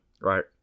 right